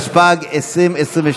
זו לא שעת שאלות.